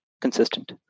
consistent